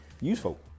Useful